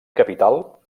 capital